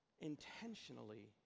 intentionally